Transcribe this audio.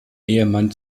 ehemann